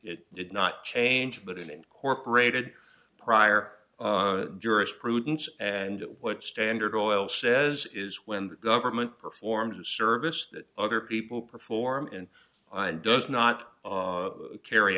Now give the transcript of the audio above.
it did not change but in incorporated prior jurisprudence and what standard oil says is when the government performs a service that other people perform in and does not carry